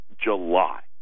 july